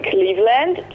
Cleveland